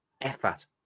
effort